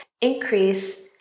Increase